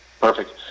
Perfect